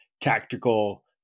tactical